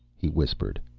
he whispered.